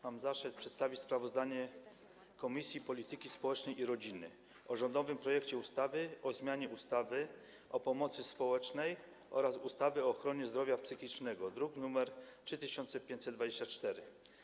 Mam zaszczyt przedstawić sprawozdanie Komisji Polityki Społecznej i Rodziny o rządowym projekcie ustawy o zmianie ustawy o pomocy społecznej oraz ustawy o ochronie zdrowia psychicznego, druk nr 3524.